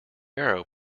arrow